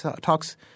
talks –